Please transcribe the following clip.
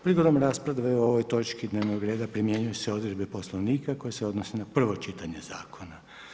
Prigodom rasprave o ovoj točki dnevnog reda, primjenjuju se odredbe Poslovnika koje odnose na prvo čitanje zakona.